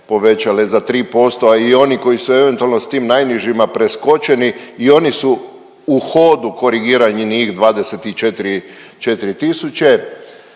povećale za 3%, a i oni koji su eventualno s tim najnižima preskočeni i oni su u hodu korigirani, njih 24